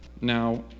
Now